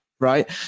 right